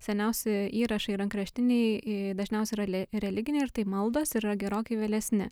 seniausi įrašai rankraštiniai į dažniausia yra le religiniai ir tai maldos yra gerokai vėlesni